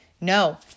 no